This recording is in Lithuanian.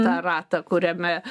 tą ratą kuriame